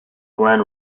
glen